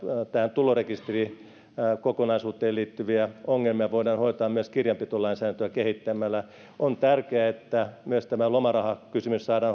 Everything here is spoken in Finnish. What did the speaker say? tulorekisterikokonaisuuteen liittyviä ongelmia voidaan hoitaa myös kirjanpitolainsäädäntöä kehittämällä on tärkeää että myös tämä lomarahakysymys saadaan